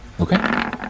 okay